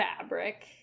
fabric